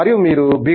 మరియు మీరు B